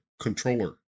controller